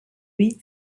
huit